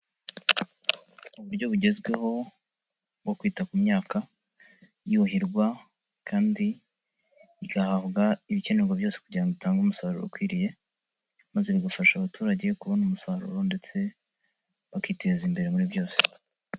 Uburyo bugezweho bwo kwita ku myaka yuhirwa kandi igahabwa ibikenerwa byose kugira ngo itange umusaruro ukwiriye maze bigafasha abaturage kubona umusaruro ndetse bakiteza imbere muri byose.